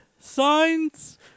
signs